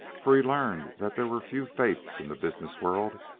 for he learned that there were few faiths in the business world,